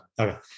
Okay